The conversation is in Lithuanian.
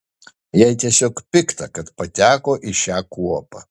jai tiesiog pikta kad pateko į šią kuopą